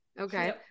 okay